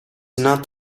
not